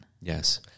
Yes